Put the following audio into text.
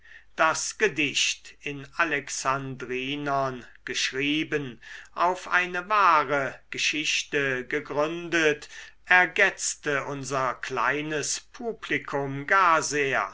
das gedicht in alexandrinern geschrieben auf eine wahre geschichte gegründet ergetzte unser kleines publikum gar